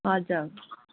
हजुर